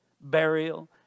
burial